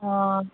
ఆ